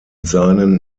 seinen